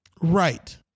Right